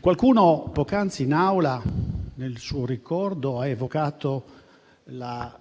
Qualcuno poc'anzi in Aula, nel suo ricordo, ha evocato la